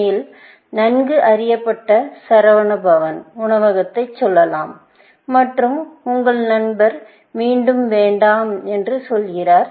சென்னையில் நன்கு அறியப்பட்ட சரவண பவன் உணவகத்தைச் சொல்லலாம் மற்றும் உங்கள் நண்பர் மீண்டும் வேண்டாம் என்று சொல்கிறார்